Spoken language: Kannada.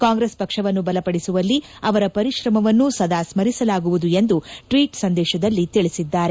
ಕಾಂಗ್ರೆಸ್ ಪಕ್ಷವನ್ನು ಬಲಪಡಿಸುವಲ್ಲಿ ಅವರ ಪರಿಶ್ರಮವನ್ನು ಸದಾ ಸ್ಪರಿಸಲಾಗುವುದು ಎಂದು ತಮ್ನ ಟ್ವೀಟ್ ಸಂದೇಶದಲ್ಲಿ ತಿಳಿಸಿದ್ದಾರೆ